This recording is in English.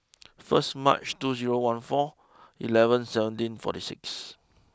first March two zero one four eleven seventeen forty six